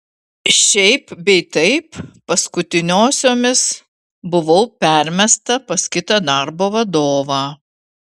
šiaip bei taip paskutiniosiomis buvau permesta pas kitą darbo vadovą